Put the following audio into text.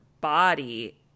body